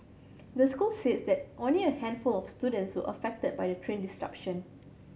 the school said that only a handful of students were affected by the train disruption